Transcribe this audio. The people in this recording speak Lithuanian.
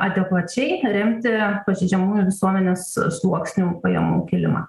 adekvačiai remti pažeidžiamųjų visuomenės s sluoksnių pajamų kilimą